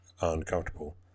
uncomfortable